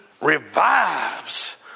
revives